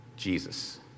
Jesus